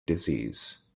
disease